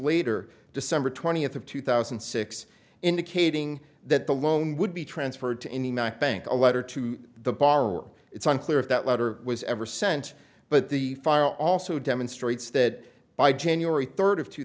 later december twentieth of two thousand and six indicating that the loan would be transferred to any bank a letter to the borrower it's unclear if that letter was ever sent but the fire also demonstrates that by january third of two